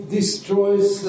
destroys